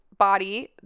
body